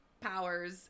powers